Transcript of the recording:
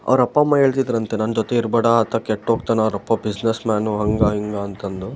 ಅವರಪ್ಪ ಅಮ್ಮ ಹೇಳ್ತಿದ್ದರಂತೆ ನನ್ನ ಜೊತೆ ಇರ್ಬೇಡ ಆತ ಕೆಟ್ಟೋಗ್ತಾನೆ ಅವರಪ್ಪ ಬಿಸ್ನೆಸ್ ಮ್ಯಾನು ಹಂಗೆ ಹಿಂಗೆ ಅಂತಂದು